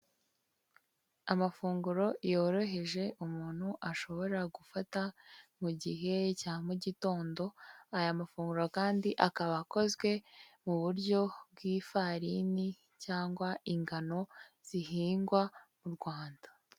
Amafunguro yoroheje umuntu ashobora gufata mu gihe cya mu gitondo, aya mafunguro kandi akaba akozwe mu buryo bw'ifarini, cyangwa ingano zihingwa mu Rwanda.